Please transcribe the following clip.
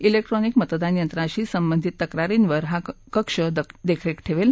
क्रिक्ट्रॉनिक मतदान यंत्रांशी संबंधित तक्रारींवर हा कक्ष देखरेख ठेवेल